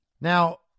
now